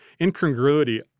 incongruity